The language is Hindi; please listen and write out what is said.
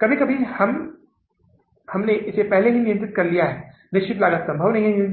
कितनी निकल कर आती है यह राशि 63000 डॉलर के रूप में निकल कर आती है जो फिर से एक सकारात्मक शेष है